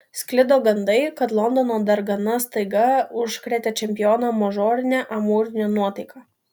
sklido gandai kad londono dargana staiga užkrėtė čempioną mažorine amūrine nuotaika